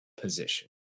position